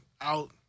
out